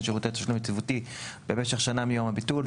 שירותי תשלום יציבותי במשך שנה מיום הביטול,